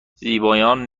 زیبایان